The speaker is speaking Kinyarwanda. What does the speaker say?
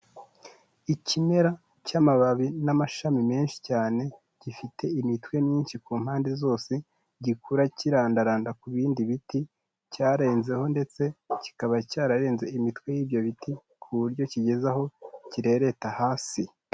Ikimera cy'amababi n'amashami menshi cyane, gifite imitwe myinshi ku mpande zose, gikura kirandaranda ku bindi biti cyarenzeho ndetse kikaba cyararenze imitwe y'ibyo biti ku buryo kigeze aho kirereta hasi.